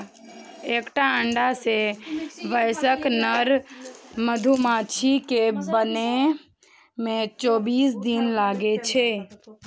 एकटा अंडा सं वयस्क नर मधुमाछी कें बनै मे चौबीस दिन लागै छै